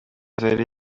zari